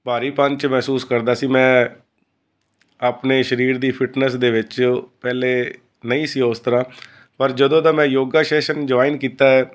ਭਾਰੀਪਨ 'ਚ ਮਹਿਸੂਸ ਕਰਦਾ ਸੀ ਮੈਂ ਆਪਣੇ ਸਰੀਰ ਦੀ ਫਿਟਨੈਸ ਦੇ ਵਿੱਚ ਪਹਿਲੇ ਨਹੀਂ ਸੀ ਉਸ ਤਰ੍ਹਾਂ ਪਰ ਜਦੋਂ ਦਾ ਮੈਂ ਯੋਗਾ ਸੈਸ਼ਨ ਜੁਆਇਨ ਕੀਤਾ ਹੈ